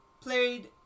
played